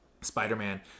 spider-man